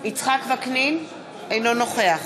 וקנין, אינו נוכח